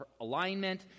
alignment